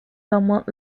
somewhat